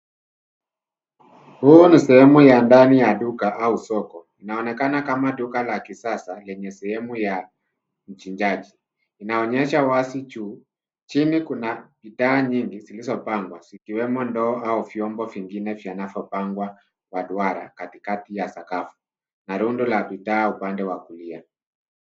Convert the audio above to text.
Huu ni sehemu ya ndani ya duka au soko. Inaonekana kama duka la kisasa yenye sehemu ya uchinjaji. Inaonyesha wazi juu, chini kuna bidhaa nyingi zilizopangwa zikiwemo ndoo au vyombo vingine vinavyopangwa kwa duara ya sakafu na rundo la bidhaa upande wa kulia.